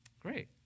Great